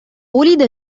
وُلد